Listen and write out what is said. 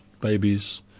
babies –